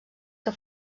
que